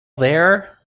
there